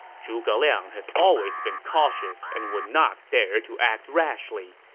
zhuge liang has always been cautious and would not dare to act rashly.